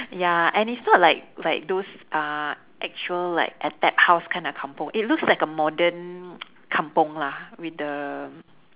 ya and it's not like like those uh actual like attap house kind of kampung it looks like a modern kampung lah with the